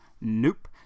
Nope